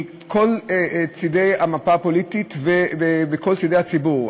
מכל צדי המפה הפוליטית ומכל צדי הציבור.